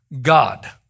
God